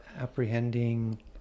apprehending